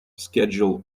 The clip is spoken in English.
schedule